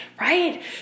right